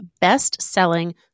best-selling